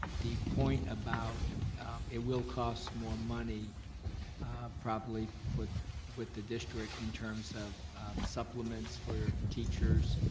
the point about it will cost more money probably with with the district in terms of supplements for teachers,